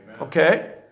Okay